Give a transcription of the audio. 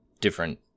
different